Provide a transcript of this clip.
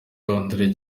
londres